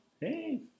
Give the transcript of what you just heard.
hey